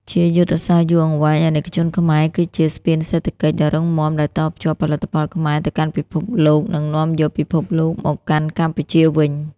ជាយុទ្ធសាស្ត្រយូរអង្វែង អាណិកជនខ្មែរគឺជា ស្ពានសេដ្ឋកិច្ច ដ៏រឹងមាំដែលតភ្ជាប់ផលិតផលខ្មែរទៅកាន់ពិភពលោក និងនាំយកពិភពលោកមកកាន់កម្ពុជាវិញ។